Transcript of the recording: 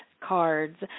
cards